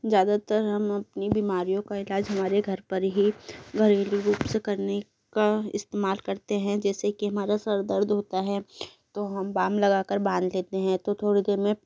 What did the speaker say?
ज़्यादातर हम अपनी बीमारियों का इलाज हमारे घर पर ही घरेलू रूप से करने का इस्तेमाल करते हैं जैसे कि हमारा सिर दर्द होता है तो हम बाम लगा कर बाँध देते हैं तो थोड़ी देर में